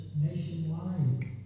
nationwide